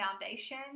foundation